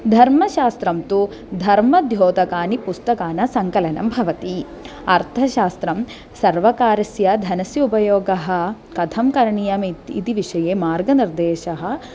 धर्मशास्त्रं तु धर्मद्योतकानां पुस्तकानां सङ्कलनं भवति अर्थशास्त्रे सर्वकारस्य धनस्य उपयोगः कथं करणीयम् इत् इति विषये मार्गनिर्देशः